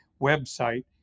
website